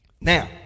Now